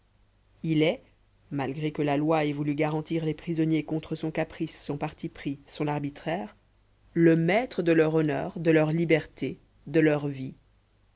il est malgré que la loi ait voulu garantir les prisonniers contre son caprice son parti pris son arbitraire le maître de leur honneur de leur liberté de leur vie